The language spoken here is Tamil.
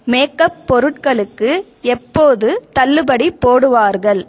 மேக்அப் பொருட்களுக்கு எப்போது தள்ளுபடி போடுவார்கள்